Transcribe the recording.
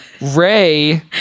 Ray